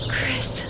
Chris